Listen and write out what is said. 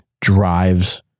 drives